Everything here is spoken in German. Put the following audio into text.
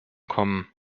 kommen